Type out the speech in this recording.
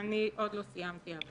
אני עוד לא סימתי.